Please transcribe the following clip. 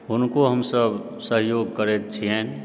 हुनको हमसब सहयोग करैत छियन्हि